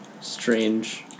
strange